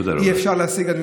אי-אפשר להשיג, תודה רבה.